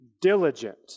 diligent